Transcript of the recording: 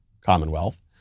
Commonwealth